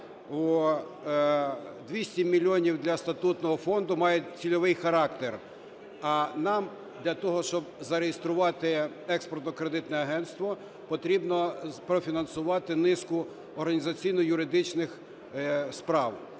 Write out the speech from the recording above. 200 мільйонів для статутного фонду мають цільовий характер, а нам для того, щоб зареєструвати Експортно-кредитне агентство, потрібно профінансувати низку організаційно-юридичних справ.